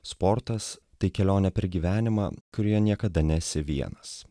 sportas tai kelionė per gyvenimą kurioje niekada nesi vienas